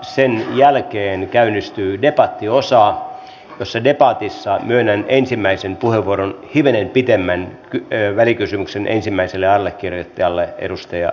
sen jälkeen käynnistyy debattiosa jossa debatissa myönnän ensimmäisen puheenvuoron hivenen pitemmän välikysymyksen ensimmäiselle allekirjoittajalle edustaja rinteelle